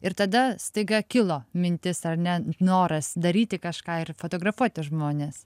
ir tada staiga kilo mintis ar ne noras daryti kažką ir fotografuoti žmones